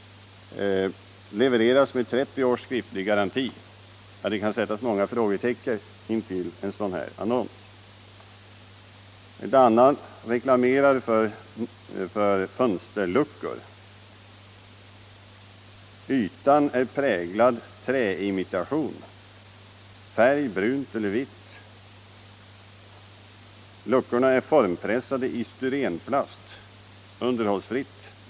—-—-- Det kan sättas många frågetecken för en sådan annons. En annan annons gör reklam för fönsterluckor: ”Ytan är präglad träimitation. Färg Brunt eller Vitt. Luckorna är formpressade i styrenplast — underhållsfritt!